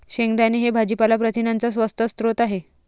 शेंगदाणे हे भाजीपाला प्रथिनांचा स्वस्त स्रोत आहे